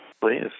Please